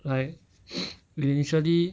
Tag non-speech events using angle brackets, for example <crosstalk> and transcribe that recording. like <noise> initially